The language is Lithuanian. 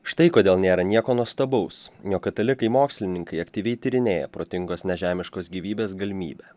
štai kodėl nėra nieko nuostabaus jog katalikai mokslininkai aktyviai tyrinėja protingos nežemiškos gyvybės galimybę